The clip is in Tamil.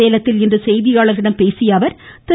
சேலத்தில் இன்று செய்தியாளர்களிடம் பேசிய அவர் திரு